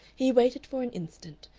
he waited for an instant,